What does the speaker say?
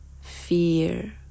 fear